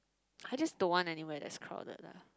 I just don't want anywhere that's crowded lah